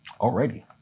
Alrighty